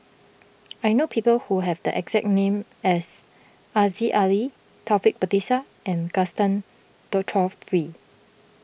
I know people who have the exact name as Aziza Ali Taufik Batisah and Gaston Dutronquoy